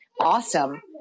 awesome